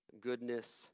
goodness